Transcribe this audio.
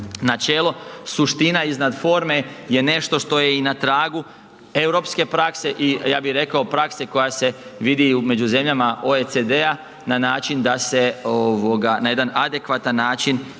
načelo suština iznad forme je nešto što je i na tragu europske prakse i ja bih rekao prakse koja se vidi i među zemljama OECD-a na način da se na jedan adekvatan način